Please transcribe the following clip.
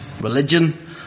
religion